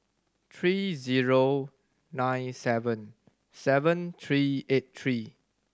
three zero nine seven seven three eight three